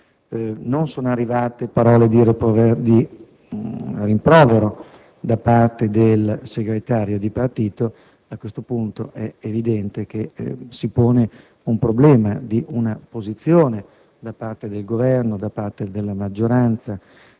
Non sono arrivate parole di rimprovero da parte del segretario di partito; a questo punto, è evidente che si pone il problema di un chiarimento da parte del Governo e della maggioranza